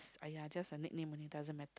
!aiya! just a nickname doesn't matter